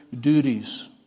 duties